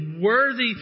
worthy